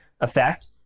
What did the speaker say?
effect